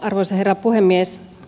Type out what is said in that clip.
arvoisa herra puhemies